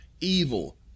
evil